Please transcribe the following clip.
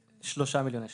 שלושה מיליון שקלים.